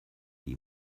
die